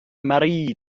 مريض